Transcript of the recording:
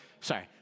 sorry